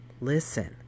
listen